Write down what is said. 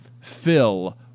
fill